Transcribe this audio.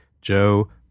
Joe